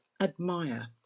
admire